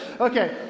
Okay